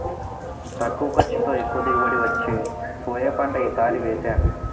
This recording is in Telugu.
తక్కువ ఖర్చుతో, ఎక్కువ దిగుబడి వచ్చే సోయా పంట ఈ సారి వేసాను